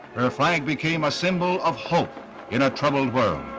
her flag became a symbol of hope in a troubled world.